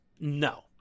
No